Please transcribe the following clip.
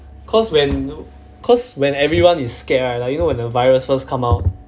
cause when you know cause when everyone is scared right like you know when a virus first come out